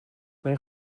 mae